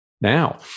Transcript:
now